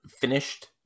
finished